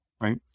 right